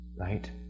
right